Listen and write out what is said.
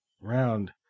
round